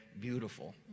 beautiful